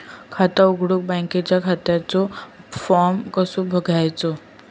खाता उघडुक बँकेच्या खात्याचो फार्म कसो घ्यायचो?